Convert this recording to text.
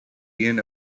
ian